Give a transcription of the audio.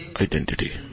identity